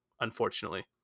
Unfortunately